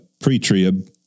pre-trib